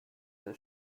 the